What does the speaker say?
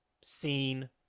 seen